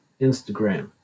Instagram